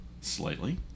slightly